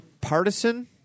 Partisan